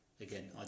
again